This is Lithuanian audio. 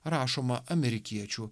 rašoma amerikiečių